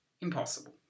impossible